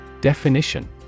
Definition